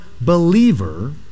believer